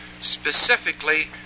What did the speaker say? specifically